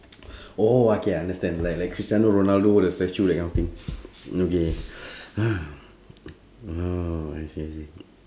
oh okay I understand like like cristiano-ronaldo the statue that kind of thing okay oh I see I see